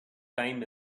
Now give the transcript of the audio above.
time